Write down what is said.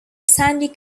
sandy